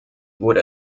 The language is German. wurde